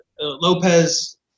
Lopez